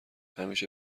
همیشه